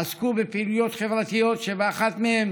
עסק בפעילויות חברתיות, שאחת מהן